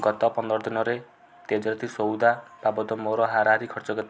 ଗତ ପନ୍ଦରଦିନରେ ତେଜରାତି ସଉଦା ତା ବାଦେ ମୋର ହାରାହାରି ଖର୍ଚ୍ଚ କେତେ